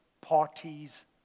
parties